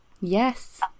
Yes